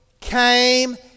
came